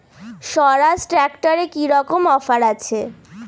স্বরাজ ট্র্যাক্টরে কি রকম অফার আছে?